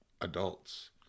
adults